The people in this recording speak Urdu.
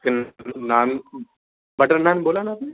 پھر نان بٹر نان بولا نا آپ نے